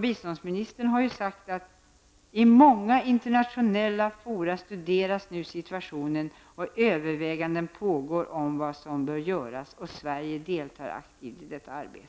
Biståndsministern sade här i tisdags: ''I många internationella fora studeras nu situationen, och överväganden pågår om vad som bör göras. Sverige deltar aktivt i detta arbete.''